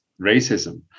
racism